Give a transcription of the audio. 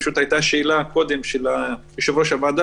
הייתה שאלה קודם של יושב-ראש הוועדה